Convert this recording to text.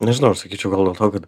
nežinau aš sakyčiau gal dėl to kad